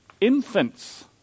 infants